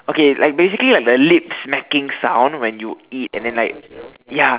okay like basically like the lip smacking sound when you eat and then like ya